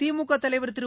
திமுக தலைவர் திரு